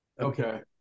okay